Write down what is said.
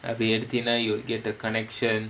அப்டி எடுத்தேனா:apdi eduthaenaa you'll get the connection